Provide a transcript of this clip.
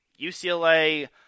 UCLA